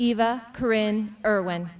eva korean or when